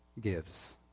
gives